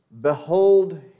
Behold